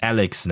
Alex